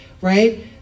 right